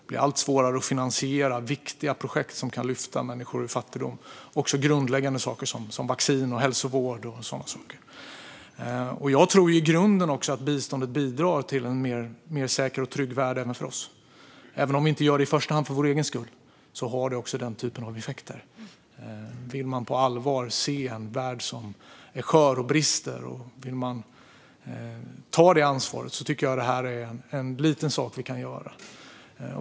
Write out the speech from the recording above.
Det bir allt svårare att finansiera viktiga projekt som kan lyfta människor ur fattigdom och också grundläggande saker som vaccin, hälsovård och sådana saker. Jag tror i grunden att biståndet bidrar till en mer säker och trygg värld även för oss. Även om vi inte i första hand gör det för vår egen skull har det också den typen av effekter. Om man inte på allvar vill se en värld som är skör och brister och ta det ansvaret tycker jag att det här är en liten sak vi kan göra.